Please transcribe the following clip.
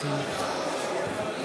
(קוראת בשמות חברי הכנסת)